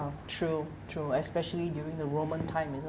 true true especially during the roman isn't